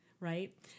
Right